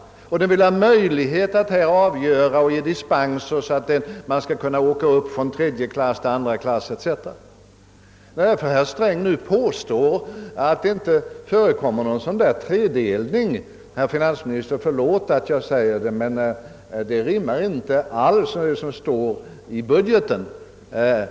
Regeringen vill ha möjligheter att genom dispenser låta ett företag flytta upp från klass 2 till klass 3, etc. Herr Sträng påstår nu att det inte förekommer någon sådan tredelning. Förlåt att jag säger det, herr finansminister, men det stämmer inte alls med vad som står i statsverkspropositionen.